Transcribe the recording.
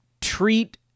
treat